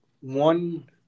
one